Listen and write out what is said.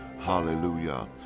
Hallelujah